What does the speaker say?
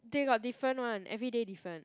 they got different one everyday different